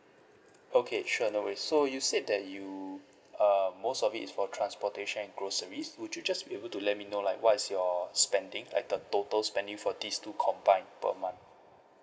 okay sure no worries so you said that you uh most of it is for transportation and groceries would you just be able to let me know like what is your spending like the total spending for these two combined per month